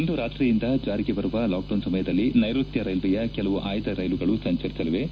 ಇಂದು ರಾತ್ರಿಯಿಂದ ಜಾರಿಗೆ ಬರುವ ಲಾಕ್ಡೌನ್ ಸಮಯದಲ್ಲಿ ನೈರುತ್ಯ ರೈಲ್ವೆಯ ಕೆಲವು ಆಯ್ದ ರೈಲುಗಳು ಸಂಚರಿಸಲಿವೆ